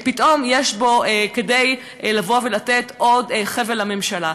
פתאום יש בו כדי לבוא ולתת עוד חבל לממשלה.